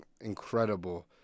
incredible